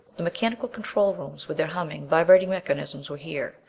the mechanical control rooms, with their humming, vibrating mechanisms were here.